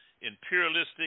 imperialistic